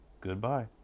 goodbye